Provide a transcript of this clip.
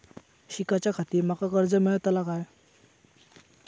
शिकाच्याखाती माका कर्ज मेलतळा काय?